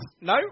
no